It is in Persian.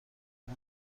این